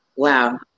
Wow